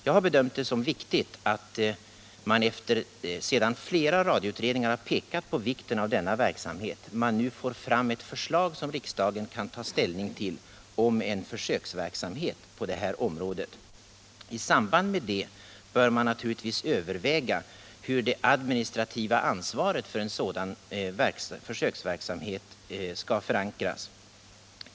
Jag har bedömt det som viktigt att man, sedan flera radioutredningar pekat på vikten av denna verksamhet, nu får fram ett förslag som riksdagen kan ta ställning till om en försöksverksamhet på det här området. I samband med det bör man naturligtvis överväga hur det administrativa ansvaret för en sådan försöksverksamhet skall förankras.